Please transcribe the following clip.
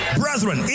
brethren